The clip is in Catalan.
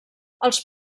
els